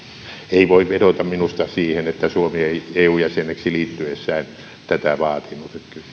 ei voi vedota minusta siihen että suomi ei eun jäseneksi liittyessään tätä vaatinut